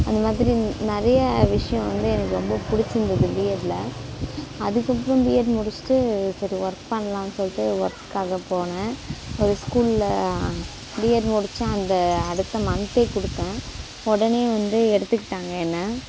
அந்த மாதிரி நிறைய விஷயம் வந்து எனக்கு ரொம்ப பிடிச்சிருந்திருந்தது பிஎட்ல அதுக்கப்பறம் பிஎட் முடிச்சிட்டு சரி ஒர்க் பண்ணலாம் சொல்லிட்டு ஒர்க்குக்காக போனேன் ஒரு ஸ்கூல்ல பிஎட் முடிச்சேன் அந்த அடுத்த மன்த்தே கொடுத்தேன் உடனே வந்து எடுத்துக்கிட்டாங்க என்னை